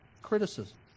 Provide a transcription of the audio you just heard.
criticism